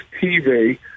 TV